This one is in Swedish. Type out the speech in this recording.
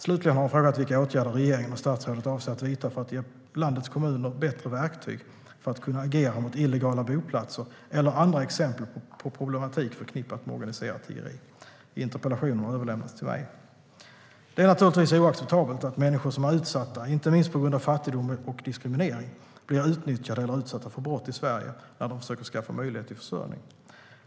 Slutligen har han frågat vilka åtgärder regeringen och statsrådet avser att vidta för att ge landets kommuner bättre verktyg för att kunna agera mot illegala boplatser eller andra exempel på problematik förknippat med organiserat tiggeri. Interpellationen har överlämnats till mig. Det är naturligtvis oacceptabelt att människor som är utsatta, inte minst på grund av fattigdom och diskriminering, blir utnyttjade eller utsatta för brott i Sverige när de försöker skaffa möjlighet till försörjning.